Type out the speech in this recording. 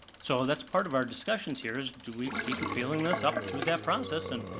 so that's part of our discussions here, is do we keep appealing this up through that process and,